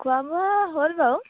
খোৱা বোৱা হ'ল বাৰু